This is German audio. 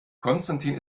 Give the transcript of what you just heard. konstantin